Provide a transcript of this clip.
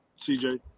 CJ